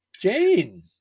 Jane